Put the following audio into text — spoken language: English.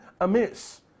amiss